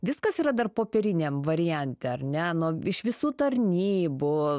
viskas yra dar popieriniam variante ar ne nu iš visų tarnybų